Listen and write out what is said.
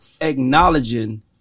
acknowledging